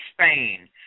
Spain